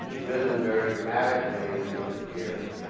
risen very dramatically in recent years.